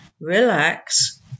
relax